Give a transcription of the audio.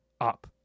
up